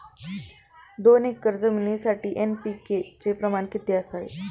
दोन एकर जमीनीसाठी एन.पी.के चे प्रमाण किती असावे?